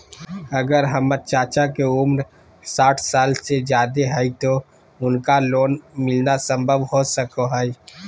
अगर हमर चाचा के उम्र साठ साल से जादे हइ तो उनका लोन मिलना संभव हो सको हइ?